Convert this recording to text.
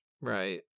Right